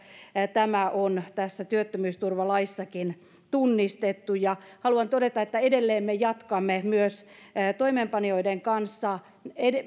tämä on tässä työttömyysturvalaissakin tunnistettu haluan todeta että edelleen me jatkamme myös toimeenpanijoiden kanssa